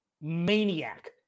maniac